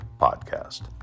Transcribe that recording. Podcast